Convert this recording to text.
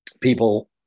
people